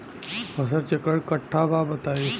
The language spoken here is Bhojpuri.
फसल चक्रण कट्ठा बा बताई?